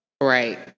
Right